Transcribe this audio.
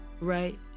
right